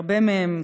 הרבה מהן,